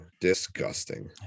Disgusting